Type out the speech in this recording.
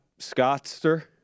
Scottster